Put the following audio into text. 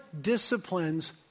disciplines